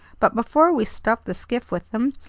but before we stuff the skiff with them,